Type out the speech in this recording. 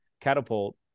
Catapult